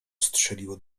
strzeliło